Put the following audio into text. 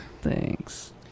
thanks